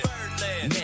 Birdland